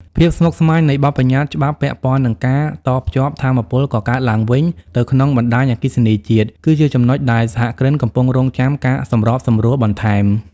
ភាពស្មុគស្មាញនៃបទបញ្ញត្តិច្បាប់ពាក់ព័ន្ធនឹងការតភ្ជាប់ថាមពលកកើតឡើងវិញទៅក្នុងបណ្ដាញអគ្គិសនីជាតិ គឺជាចំណុចដែលសហគ្រិនកំពុងរង់ចាំការសម្របសម្រួលបន្ថែម។